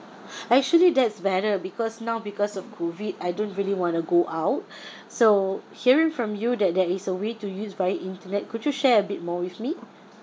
actually that's better because now because of COVID I don't really want to go out so hearing from you that there is a way to use via internet could you share a bit more with me